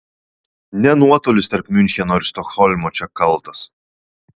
ne nuotolis tarp miuncheno ir stokholmo čia kaltas